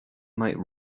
might